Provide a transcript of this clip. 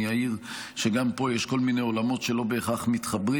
אני אעיר שגם פה יש כל מיני עולמות שלא בהכרח מתחברים,